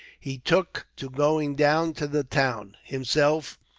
he took to going down to the town, himself,